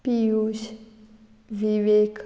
Piyush Vivek